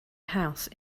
house